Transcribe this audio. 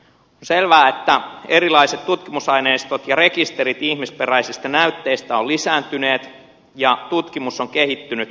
on selvää että erilaiset tutkimusaineistot ja rekisterit ihmisperäisistä näytteistä ovat lisääntyneet ja tutkimus on kehittynyt